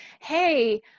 hey